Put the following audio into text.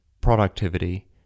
productivity